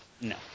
No